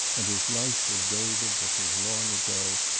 and his life with david that was long ago,